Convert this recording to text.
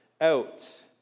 out